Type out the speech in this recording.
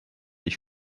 ich